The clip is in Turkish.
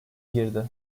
girdi